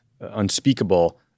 unspeakable